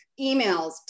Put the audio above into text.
emails